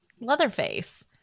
Leatherface